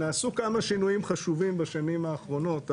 נעשו כמה שינויים חשובים בשנים האחרונות.